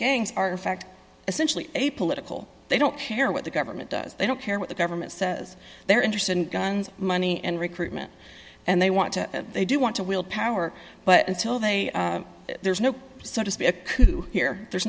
gangs are in fact essentially a political they don't care what the government does they don't care what the government says they're interested in guns money and recruitment and they want to they do want to wield power but until they there's no sort of be a coup here there's